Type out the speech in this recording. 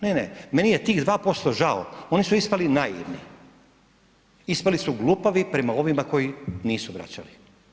Ne, ne, meni je tih 2% žao, oni su ispali naivni, ispali su glupavi prema ovima koji nisu vraćali.